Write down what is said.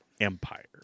empire